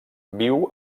viu